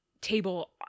table